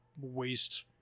waste